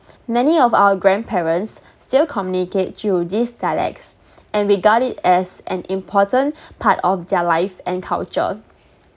many of our grandparents still communicate through these dialects and regard it as an important part of their life and culture